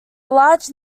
large